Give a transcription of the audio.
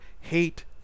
hate